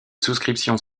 souscriptions